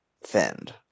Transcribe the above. fend